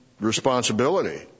responsibility